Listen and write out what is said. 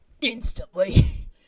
instantly